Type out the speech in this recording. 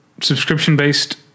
subscription-based